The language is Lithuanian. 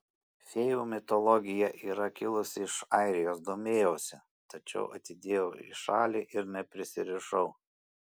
fėjų mitologija yra kilusi iš airijos domėjausi tačiau atidėjau į šalį ir neprisirišau